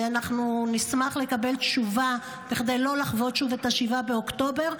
ואנחנו נשמח לקבל תשובה כדי לא לחוות שוב את 7 באוקטובר.